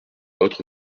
autres